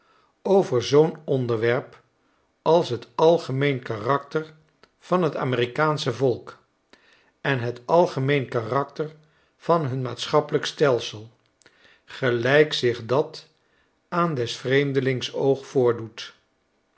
over zoo'n onderwerp als het algemeen karakter van t amerikaansche volk en het algemeen karakter van hun maatschappeiijk stelsel gelijk zich dat aandes vreemdelings oog